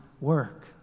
work